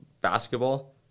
basketball